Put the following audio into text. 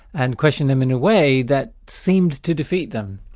and questioned them in a way that seems to defeat them.